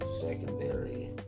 secondary